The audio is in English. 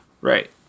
Right